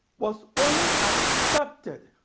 was only accepted